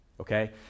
okay